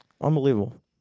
Unbelievable